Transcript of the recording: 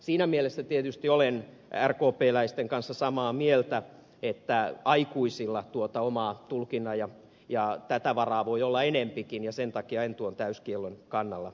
siinä mielessä tietysti olen rkpläisten kanssa samaa mieltä että aikuisilla tuota omaa tulkinnanvaraa voi olla enempikin ja sen takia en tuon täyskiellon kannalla ole